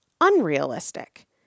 unrealistic